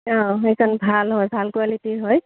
অঁ সেইখন ভাল হয় ভাল কোৱালিটিৰ হয়